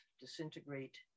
disintegrate